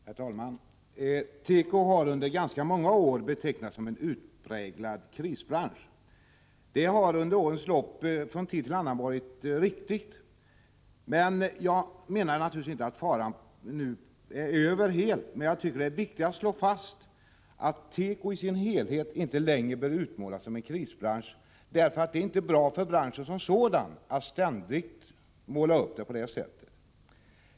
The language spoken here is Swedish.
Herr talman! Tekoindustrin har under ganska många år betecknats som en utpräglad krisbransch. Det har under årens lopp från tid till annan varit riktigt, och jag menar naturligtvis inte att faran nu är helt över, men jag tycker det är viktigt att slå fast att teko i sin helhet inte längre bör utmålas som en krisbransch. Det är inte bra för branschen som sådan att ständigt bli utmålad på det sättet.